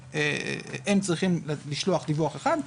הם צריכים לשלוח דיווח אחד,